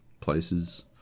places